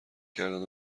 کردند